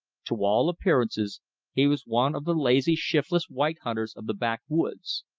to all appearances he was one of the lazy, shiftless white hunters of the backwoods.